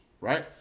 right